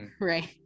Right